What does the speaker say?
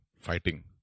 fighting